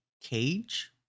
Cage